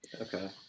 Okay